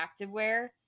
activewear